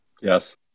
Yes